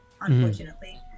unfortunately